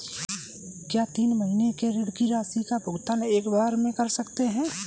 क्या तीन महीने के ऋण की राशि का भुगतान एक बार में कर सकते हैं?